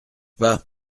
pas